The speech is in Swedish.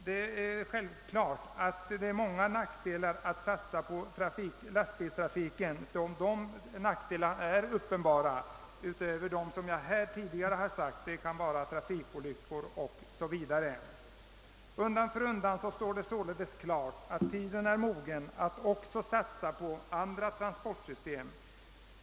Det är självklart att det finns många nackdelar förenade med att satsa på lastbilstrafiken utöver dem som jag tidigare har nämnt. Det kan vara trafikolyckor m.m. Undan för undan står det således klart att tiden är mogen att också satsa på andra transportsystem.